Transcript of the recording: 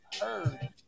heard